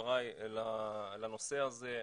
חבריי לנושא הזה.